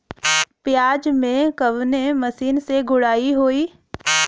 प्याज में कवने मशीन से गुड़ाई होई?